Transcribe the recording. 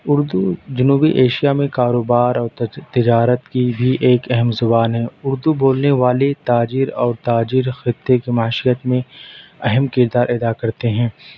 اردو جنوبی ایشیا میں کاروبار اور تجارت کی بھی ایک اہم زبان ہے اردو بولنے والے تاجر اور تاجر خطے کے معاشرت میں اہم کردار ادا کرتے ہیں